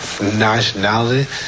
nationality